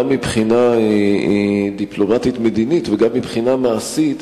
גם מבחינה דיפלומטית-מדינית וגם מבחינה מעשית,